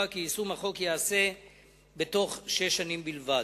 כי יישום החוק ייעשה בתוך שש שנים בלבד.